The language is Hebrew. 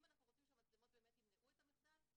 אם אנחנו רוצים שבאמת המצלמות ימנעו את המחדל,